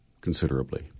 considerably